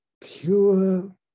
pure